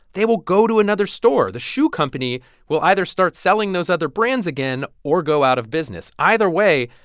they will go to another store. the shoe company will either start selling those other brands again or go out of business. either way,